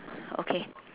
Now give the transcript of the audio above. okay